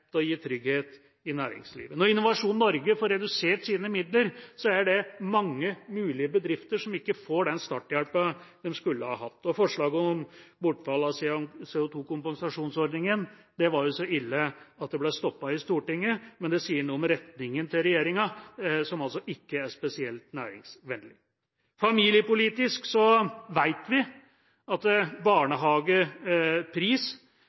til å gi trygghet i næringslivet. Når Innovasjon Norge får redusert sine midler, er det mange mulige bedrifter som ikke får den starthjelpen de skulle ha hatt. Forslaget om bortfall av CO2-kompensasjonsordningen var så ille at det ble stoppet i Stortinget, men det sier noe om retningen til regjeringa som altså ikke er spesielt næringsvennlig. Familiepolitisk vet vi at